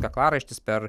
kaklaraištis per